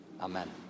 Amen